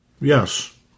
Yes